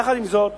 יחד עם זאת,